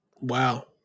Wow